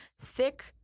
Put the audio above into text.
thick